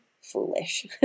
foolish